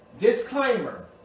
Disclaimer